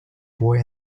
boy